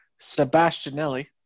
Sebastianelli